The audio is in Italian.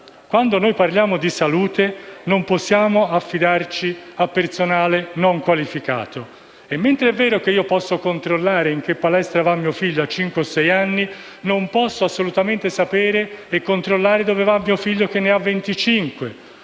Quando si parla di salute non possiamo affidarci a personale non qualificato e mentre è vero che posso controllare in quale palestra va mio figlio a cinque o sei anni, non posso assolutamente sapere e controllare dove va mio figlio che ne ha 25,